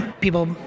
People